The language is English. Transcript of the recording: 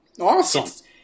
Awesome